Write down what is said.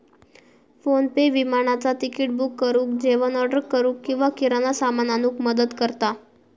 PhonePe विमानाचा ticket book करुक, जेवण ऑर्डर करूक किंवा किराणा सामान आणूक मदत करता